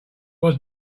was